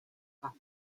bank